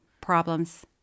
problems